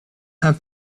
have